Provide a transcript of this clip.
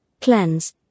Cleanse